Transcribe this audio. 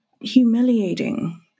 humiliating